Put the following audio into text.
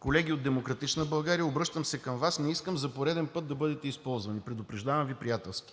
Колеги от „Демократична България“, обръщам се към Вас, не искам за пореден път да бъдете използвани. Предупреждавам Ви приятелски.